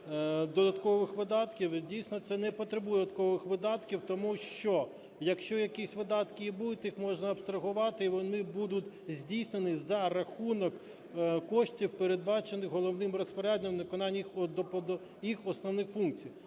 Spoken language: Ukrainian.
додаткових видатків, і дійсно це не потребує додаткових видатків, тому що якщо якісь видатки і будуть, їх можна абстрагувати, і вони будуть здійснені за рахунок коштів, передбачених головним розпорядником на виконання їх основних функцій.